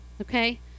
okay